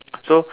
so